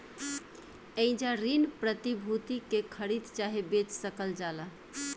एइजा ऋण प्रतिभूति के खरीद चाहे बेच सकल जाला